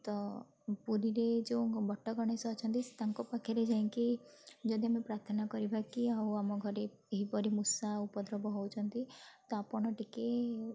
ତ ପୁରୀରେ ଯେଉଁ ବଟ ଗଣେଶ ଅଛନ୍ତି ତାଙ୍କ ପାଖରେ ଯାଇଁକି ଯଦି ଆମେ ପ୍ରାର୍ଥନା କରିବାକି ଆମ ଘରେ ଏହିପରି ମୂଷା ଉପଦ୍ରବ ହେଉଛନ୍ତି ତ ଆପଣ ଟିକେ